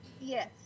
yes